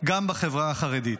גם בחברה החרדית.